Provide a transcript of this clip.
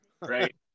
Right